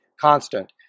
Constant